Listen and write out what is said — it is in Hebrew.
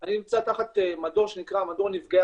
אני נמצא תחת מדור שנקרא מדור נפגעי